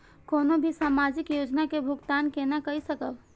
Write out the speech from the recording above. कोनो भी सामाजिक योजना के भुगतान केना कई सकब?